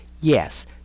Yes